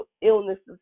illnesses